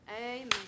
amen